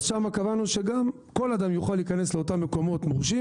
אז שם קבענו שכל אדם יוכל להיכנס לאותם מקומות מורשים